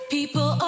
People